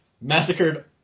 massacred